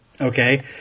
Okay